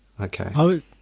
Okay